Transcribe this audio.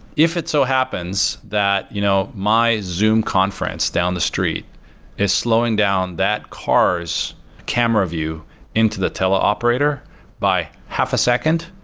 if it so happens that you know my zoom conference down the street is slowing down that car s camera view into the tell operator by half a second,